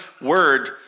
word